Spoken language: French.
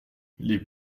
les